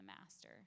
master